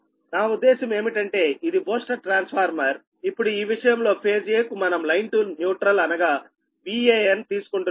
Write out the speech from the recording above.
నా ఉద్దేశం ఏమిటంటే ఇది బూస్టర్ ట్రాన్స్ఫార్మర్ఇప్పుడు ఈ విషయంలో ఫేజ్ 'a'కు మనం లైన్ టు న్యూట్రల్ అనగా Van తీసుకుంటున్నాము